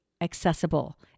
accessible